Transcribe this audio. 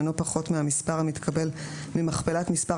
אינו פחות מהמספר המתקבל ממכפלת מספר